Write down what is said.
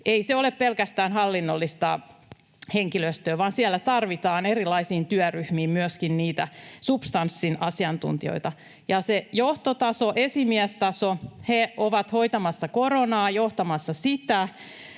Ei se ole pelkästään hallinnollista henkilöstöä, vaan siellä tarvitaan erilaisiin työryhmiin myöskin niitä substanssin asiantuntijoita, ja se johtotaso, esimiestaso, on hoitamassa koronaa, johtamassa sitä,